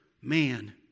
man